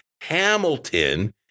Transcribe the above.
Hamilton